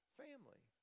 family